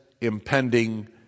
impending